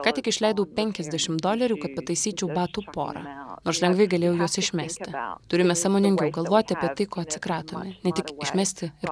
ką tik išleidau penkiasdešimt dolerių kad pataisyčiau batų porą aš lengvai galėjau juos išmesti turime sąmoningiau galvoti apie tai ko atsikratome ne tik išmesti ir